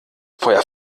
feuer